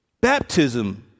Baptism